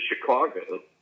Chicago—